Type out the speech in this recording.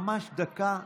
ממש דקה קלילה,